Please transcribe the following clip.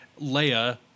Leia